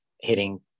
hitting